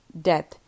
death